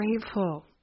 grateful